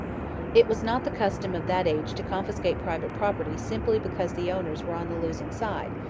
it was not the custom of that age to confiscate private property simply because the owners were on the losing side,